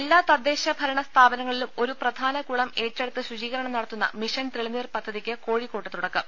എല്ലാ തദ്ദേശ ഭരണ സ്ഥാപനങ്ങളിലും ഒരു പ്രധാന കുളം ഏറ്റെടുത്ത് ശുചീകരണം നടത്തുന്ന മിഷൻ തെളിനീർ പദ്ധതിക്ക് കോഴിക്കോട്ട് തുടക്കം